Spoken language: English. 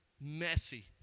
messy